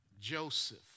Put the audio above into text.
Joseph